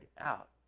out